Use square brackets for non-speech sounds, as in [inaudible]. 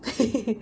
[laughs]